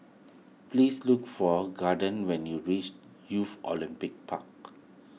please look for Gaden when you reach Youth Olympic Park